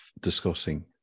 discussing